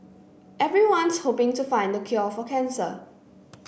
everyone's hoping to find the cure for cancer